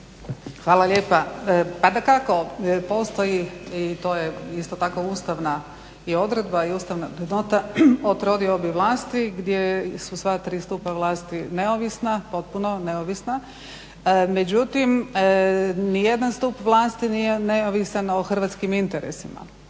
Hvala lijepa. Pa dakako postoji i to je isto tako ustavna odredba i ustavna vrednota o trodiobi vlasti gdje su sva tri stupa neovisna potpuno, neovisna. Međutim ni jedan stup vlasti nije neovisan o hrvatskim interesima